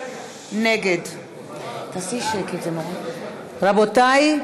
נגד רבותי,